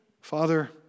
Father